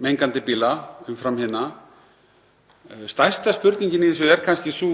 mengandi bíla umfram hina. Stærsta spurningin í þessu er kannski sú